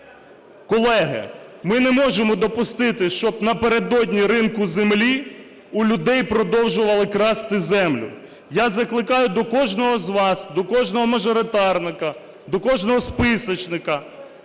Колеги, ми не можемо допустити, щоб напередодні ринку землі в людей продовжували красти землю. Я закликаю до кожного з вас, до кожного мажоритарника, до кожного списочника: